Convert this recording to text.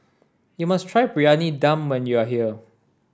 you must try Briyani Dum when you are here